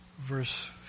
verse